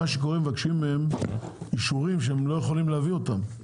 למעשה מבקשים מהם אישורים שהם לא יכולים להביא אותם.